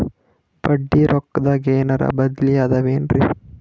ಬಡ್ಡಿ ರೊಕ್ಕದಾಗೇನರ ಬದ್ಲೀ ಅವೇನ್ರಿ?